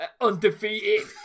undefeated